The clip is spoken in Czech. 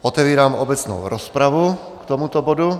Otevírám obecnou rozpravu k tomuto bodu.